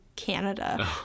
Canada